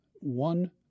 one